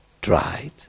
dried